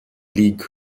league